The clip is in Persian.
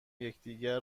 یکدیگر